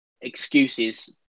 excuses